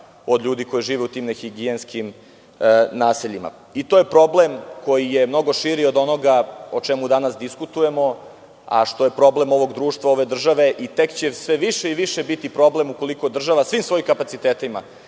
od ljudi koji žive u tim nehigijenskim naseljima. To je problem koji je mnogo širi od onoga o čemu danas diskutujemo, a što je problem ovog društva, ove države i tek će sve više i više biti problem ukoliko država svim svojim kapacitetima,